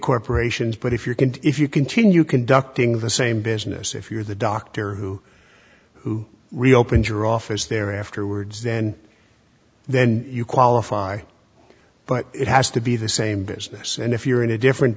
corporations but if you're going to if you continue conducting the same business if you're the doctor who who reopens your office there afterwards then then you qualify but it has to be the same business and if you're in a different